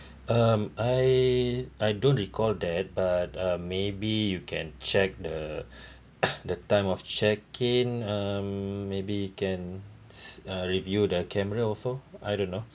um I I don't recall that but um maybe you can check the the time of check in um maybe you can uh review the camera also I don't know